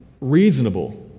reasonable